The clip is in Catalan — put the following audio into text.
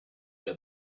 que